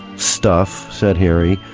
stuff said harry,